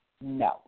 No